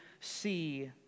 see